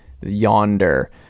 yonder